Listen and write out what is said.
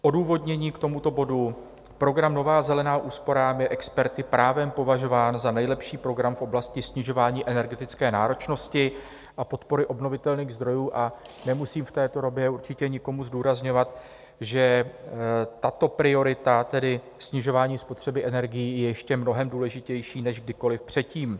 Odůvodnění k tomuto bodu: program Nová zelená úsporám je experty právem považován za nejlepší program v oblasti snižování energetické náročnosti a podpory obnovitelných zdrojů a nemusím v této době určitě nikomu zdůrazňovat, že tato priorita, tedy snižování spotřeby energií, je ještě mnohem důležitější než kdykoli předtím.